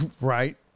right